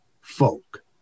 folk